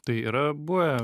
tai yra buvę